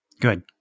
Good